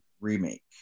Remake